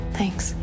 Thanks